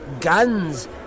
guns